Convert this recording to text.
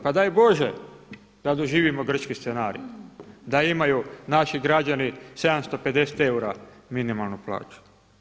Pa daj Bože da doživimo grčki scenarij da imaju naši građani 750 eura minimalnu plaću.